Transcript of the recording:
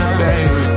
baby